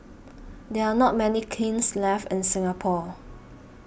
there are not many kilns left in Singapore